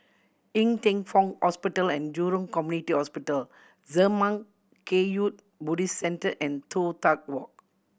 Ng Teng Fong Hospital And Jurong Community Hospital Zurmang Kagyud Buddhist Centre and Toh Tuck Walk